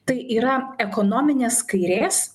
tai yra ekonominės kairės